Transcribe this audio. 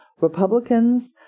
Republicans